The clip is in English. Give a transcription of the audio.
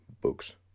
books